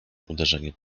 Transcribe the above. uderzenie